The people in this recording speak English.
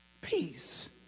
peace